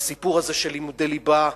בסיפור הזה של לימודי ליבה.